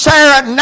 Sarah